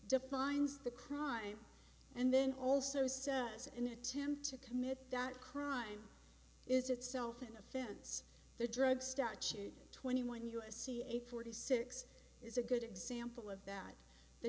defines the crime and then also says an attempt to commit that crime is itself an offense the drug statute twenty one u s c eight forty six is a good example of that the